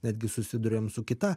netgi susiduriam su kita